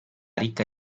ricca